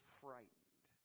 frightened